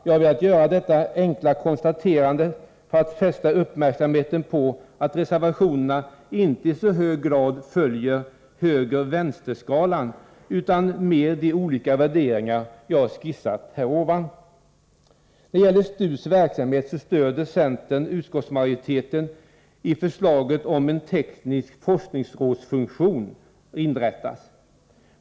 Jag har velat göra detta enkla konstaterande för att fästa uppmärksamheten på att reservationerna inte i så hög grad följer högervänster-skalan utan mer de olika värderingar jag här skisserat. När det gäller STU:s verksamhet så stöder centern utskottsmajoriteten i förslaget att en teknisk forskningsrådsfunktion inrättas.